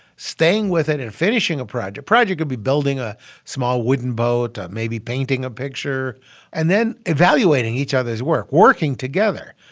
staying with it and finishing a project. project could be building a small wooden boat or maybe painting a picture and then evaluating each other's work working together.